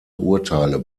urteile